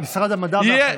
משרד המדע והחלל.